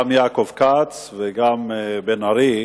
גם יעקב כץ וגם בן-ארי,